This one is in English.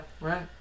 right